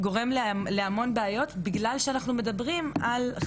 לא רק שאין חוקים שמגנים על הנשים האלה,